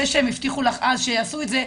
זה שהם הבטיחו לך אז שיעשו את זה,